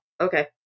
Okay